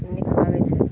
नीक लागै छै